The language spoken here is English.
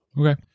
Okay